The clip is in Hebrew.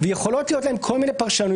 ויכולות להיות להן כל מיני פרשנויות.